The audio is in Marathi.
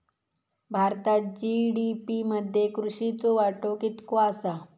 भारतात जी.डी.पी मध्ये कृषीचो वाटो कितको आसा?